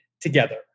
together